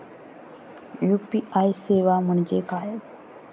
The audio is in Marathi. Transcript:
यू.पी.आय सेवा म्हणजे काय?